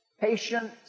patient